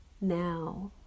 Now